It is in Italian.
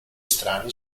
strani